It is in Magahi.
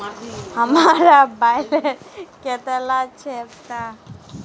हमार बैलेंस कतला छेबताउ?